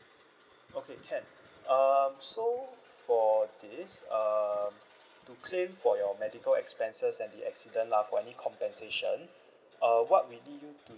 okay can err so for this err to claim for your medical expenses and the accident lah for any compensation uh what we need you to